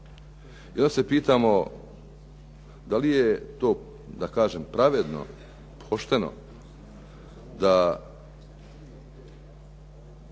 i onda se pitamo da li to da kažem pravedno, pošteno da